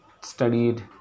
studied